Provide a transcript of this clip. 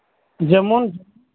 ᱡᱮᱢᱚᱱ